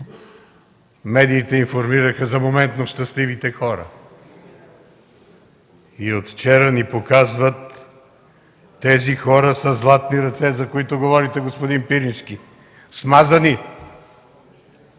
Медиите информираха за моментно щастливите хора. От вчера ни показват хората със златни ръце, за които говорите, господин Пирински – смазани,